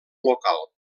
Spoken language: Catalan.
local